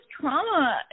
trauma